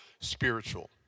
spiritual